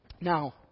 Now